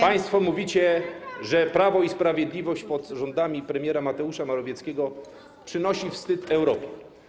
Państwo mówicie, że Prawo i Sprawiedliwość pod rządami premiera Mateusza Morawieckiego przynosi wstyd Europie.